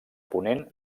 ponent